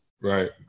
right